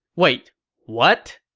wait what?